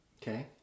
Okay